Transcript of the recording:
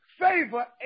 favor